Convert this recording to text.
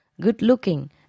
good-looking